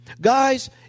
Guys